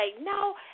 No